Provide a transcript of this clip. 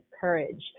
courage